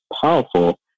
powerful